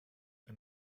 and